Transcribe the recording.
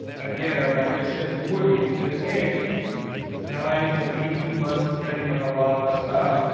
again, like i said to woody. it's going to take nine to eighteen months, depending on a lot of stuff.